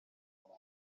muntu